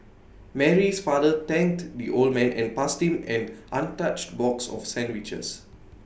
Mary's father thanked the old man and passed him an untouched box of sandwiches